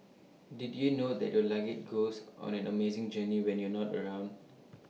did you know that your luggage goes on an amazing journey when you're not around